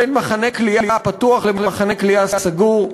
בין מחנה כליאה פתוח למחנה כליאה סגור.